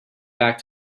back